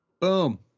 Boom